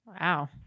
Wow